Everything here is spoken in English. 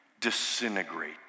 disintegrate